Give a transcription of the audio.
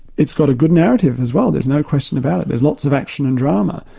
it's got a good narrative as well, there's no question about it. there's lots of action and drama,